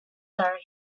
heart